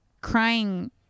crying